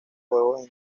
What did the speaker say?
huevos